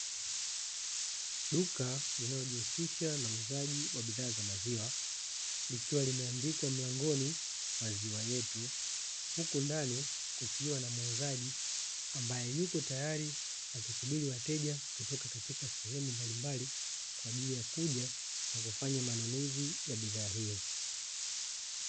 Duka linalojihusisha na uuzaji wa bidhaa za maziwa, likiwa limeandikwa mlangoni maziwa yetu; huku ndani kukiwa na muuzaji ambaye yuko tayari akisubiri wateja kutoka katika sehemu mbalimbali, kwa ajili ya kuja na kufanya manunuzi ya bidhaa hiyo.